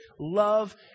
love